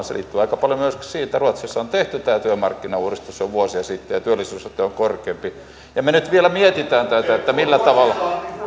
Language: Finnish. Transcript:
se liittyy aika paljon myöskin siihen että ruotsissa on tehty tämä työmarkkinauudistus jo vuosia sitten ja työllisyysaste on korkeampi ja kun me nyt vielä mietimme tätä että millä tavalla